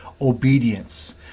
obedience